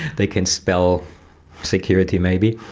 they can spell security, maybe.